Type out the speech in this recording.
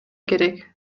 керек